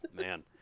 man